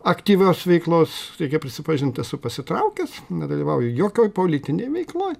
aktyvios veiklos reikia prisipažint esu pasitraukęs nedalyvauju jokioj politinėj veikloj